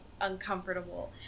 uncomfortable